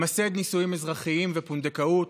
למסד נישואים אזרחיים ופונדקאות,